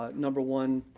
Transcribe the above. ah number one,